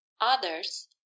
others